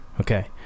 Okay